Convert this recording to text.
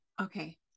okay